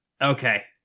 Okay